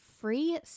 free